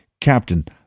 Captain